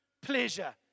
pleasure